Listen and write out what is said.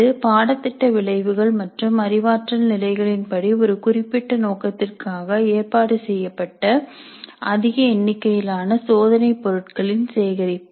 அது பாடத்திட்ட விளைவுகள் மற்றும் அறிவாற்றல் நிலைகளின் படி ஒரு குறிப்பிட்ட நோக்கத்திற்காக ஏற்பாடு செய்யப்பட்ட அதிக எண்ணிக்கையிலான சோதனை பொருட்களின் சேகரிப்பு